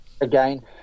again